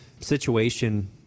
situation